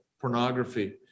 pornography